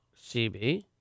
CB